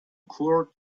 occur